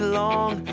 long